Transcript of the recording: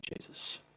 Jesus